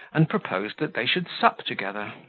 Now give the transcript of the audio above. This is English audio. and proposed that they should sup together.